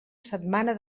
setmana